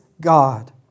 God